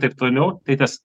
taip toliau tai tas